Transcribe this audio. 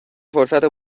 فرصت